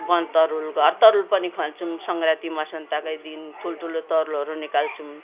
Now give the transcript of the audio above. वनतरुल घरतरुल पनि खन्छौँ सङ्क्रान्ति मसान्तकै दिन ठुल्ठुलो तरुलहरू निकाल्छौँ